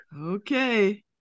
Okay